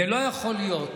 לא יכול להיות